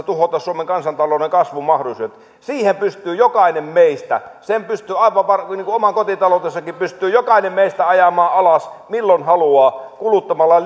tuhota suomen kansantalouden kasvumahdollisuudet siihen pystyy jokainen meistä sen pystyy niin kuin oman kotitaloutensakin pystyy jokainen meistä ajamaan alas milloin haluaa kuluttamalla